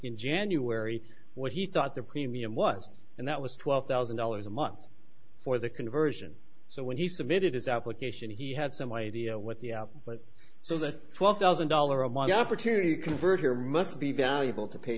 in january what he thought the premium was and that was twelve thousand dollars a month for the conversion so when he submitted his application he had some idea what the out but so the twelve thousand dollar amount up or to convert here must be valuable to pay